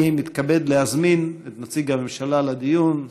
אני מתכבד להזמין את נציג הממשלה לדיון,